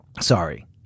Sorry